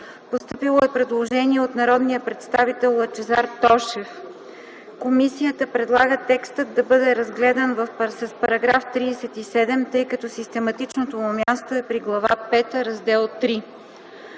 Постъпило е предложение от народния представител Лъчезар Тошев. Комисията предлага текстът да бъде разгледан с § 37, тъй като систематичното му място е при Глава пета, Раздел